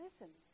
listen